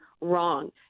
wrong